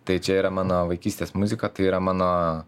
tai čia yra mano vaikystės muzika tai yra mano